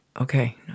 Okay